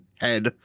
head